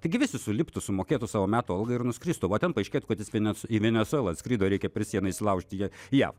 taigi visi suliptų sumokėtų savo metų algą ir nuskristų va ten paaiškėtų kad jisai ven į venesuelą atskrido reikia per sieną įsilaužti į ją į jav